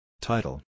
Title